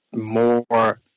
more